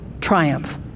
triumph